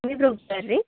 sir ರೀ